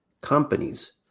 companies